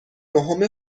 نهم